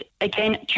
again